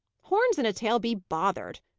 horns and a tail be bothered!